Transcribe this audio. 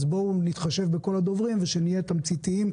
אז בואו נתחשב בכל הדוברים ונהיה תמציתיים,